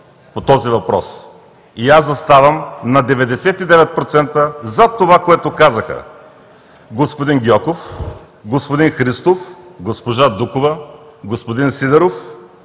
по този въпрос. И аз заставам на 99% зад това, което казаха господин Гьоков, господин Христов, госпожа Дукова, господин Сидеров,